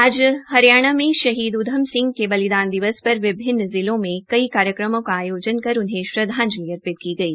आज हरियाणा में शहीद उद्यम सिंह के बलिदान दिवस पर विभिन्न जिलों में कई कार्यक्रमों का आयोजन कर उनहें श्रद्दांजलि अर्पित की गई